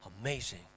amazing